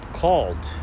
called